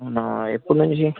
అవునా ఎప్పుడు నుంచి